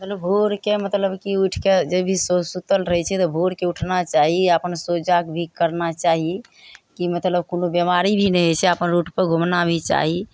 चलू भोर कए मतलब की उठि कए जे भी सो सूतल रहय छै तऽ भोरके उठना चाही अपन सोचात भी करना चाही की मतलब कोनो बीमारी भी नहि होइ छै अपन रोडपर घुमना भी चाही